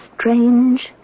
strange